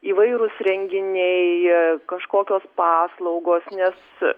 įvairūs renginiai kažkokios paslaugos nes